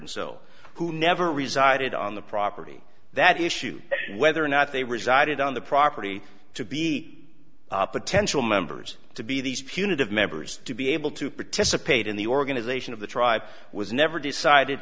so who never resided on the property that issue whether or not they resided on the property to be potential members to be these punitive members to be able to participate in the organization of the tribe was never decided